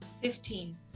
Fifteen